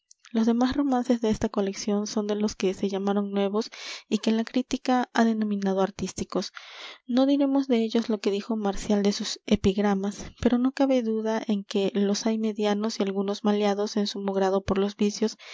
los demás romances de esta colección son de los que se llamaron nuevos y que la crítica ha denominado artísticos no diremos de ellos lo que dijo marcial de sus epígramas pero no cabe duda en que los hay medianos y algunos maleados en sumo grado por los vicios